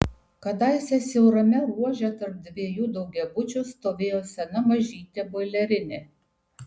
kadaise siaurame ruože tarp dviejų daugiabučių stovėjo sena mažytė boilerinė